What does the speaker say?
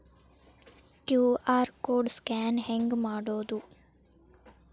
QR code scan ಹೆಂಗ್ ಮಾಡೋದು?